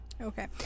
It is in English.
Okay